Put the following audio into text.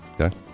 okay